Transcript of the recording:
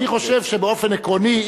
אני חושב שבאופן עקרוני,